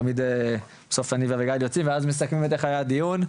תמיד בסוף אני ואביגיל יוצאים ואז מסכמים איך היה הדיון,